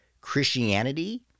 Christianity